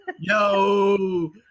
Yo